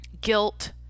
guilt